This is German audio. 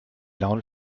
laune